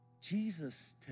Jesus